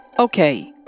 Okay